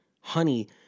Honey